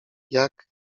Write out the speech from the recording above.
jak